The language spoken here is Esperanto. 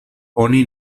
oni